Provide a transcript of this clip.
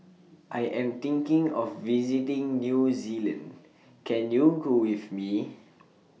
I Am thinking of visiting New Zealand Can YOU Go with Me